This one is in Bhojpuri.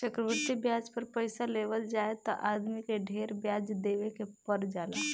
चक्रवृद्धि ब्याज पर पइसा लेवल जाए त आदमी के ढेरे ब्याज देवे के पर जाला